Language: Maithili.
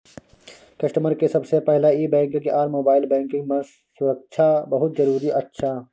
कस्टमर के सबसे पहला ई बैंकिंग आर मोबाइल बैंकिंग मां सुरक्षा बहुत जरूरी अच्छा